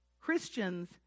Christians